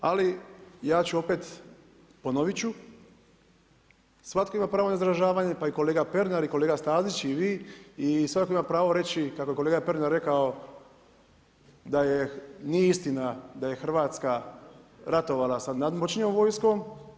Ali ja ću opet, ponovit ću svatko ima pravo na izražavanje, pa i kolega Pernar i kolega Stazić i vi i svatko ima pravo reći kako je kolega Pernar rekao da nije istina da je Hrvatska ratovala sa nadmoćnijom vojskom.